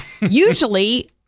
Usually